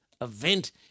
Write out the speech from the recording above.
event